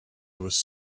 was